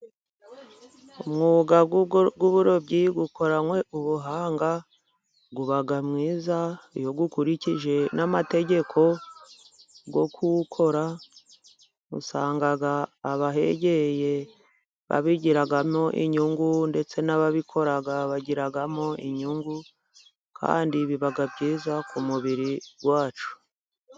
Umwuga w'uburobyi ukoranywe ubuhanga. Uba mwiza iyo ukurikije n'amategeko yo kuwukora. Usanga abahegereye babigiramo inyungu, ndetse n'ababikora bagiramo inyungu, kandi biba byiza ku mubiri wacu.